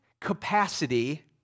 capacity